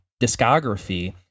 discography